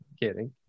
Kidding